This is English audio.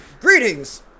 greetings